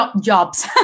jobs